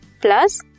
plus